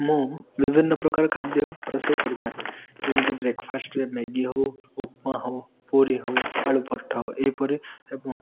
ମୁଁ ବିଭିନ୍ନ ପ୍ରକାର ଖାଦ୍ୟ ରୋଷେଇ କରିପାରେ ଯେମିତି ବ୍ରେକ୍ଫାଷ୍ଟ୍ରେ ମ୍ୟାଗି ହେଉ ଉପମା ହେଉ ପୁରି ହେଉ ଆଳୁପରଟା ହେଉ ଏହିପରି ଏବଂ